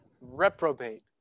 reprobate